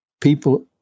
people